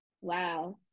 wow